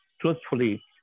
truthfully